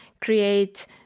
create